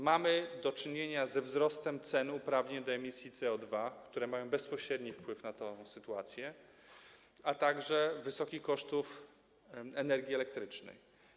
Mamy do czynienia ze wzrostem cen uprawnień do emisji CO2, które mają bezpośredni wpływ na tę sytuację, a także z wysokimi kosztami energii elektrycznej.